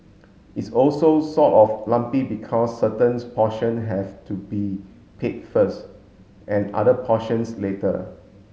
it's also sort of lumpy because certains portions have to be paid first and other portions later